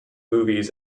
movies